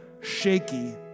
shaky